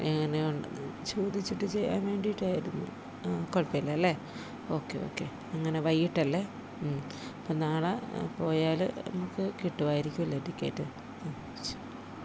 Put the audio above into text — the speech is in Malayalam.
എങ്ങനെ ഉണ്ടെന്ന് ചോദിച്ചിട്ട് ചെയ്യാൻ വേണ്ടിയിട്ടായിരുന്നു ആ കുഴപ്പമില്ലല്ലേ ഓക്കെ ഓക്കെ അങ്ങനെ വൈകിട്ടല്ലേ ഉം അപ്പം നാളെ പോയാൽ നമുക്ക് കിട്ടും ആയിരിക്കും അല്ലേ ടിക്കറ്റ് ആ ശരി